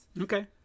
Okay